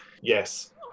yes